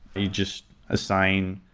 you just assign,